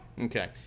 Okay